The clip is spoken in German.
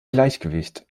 gleichgewicht